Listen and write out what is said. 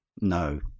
No